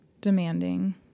demanding